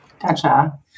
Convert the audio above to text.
Gotcha